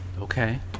okay